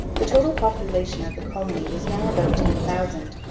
the total population of the colony was now about ten thousand,